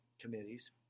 committees